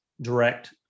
direct